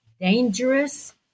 dangerous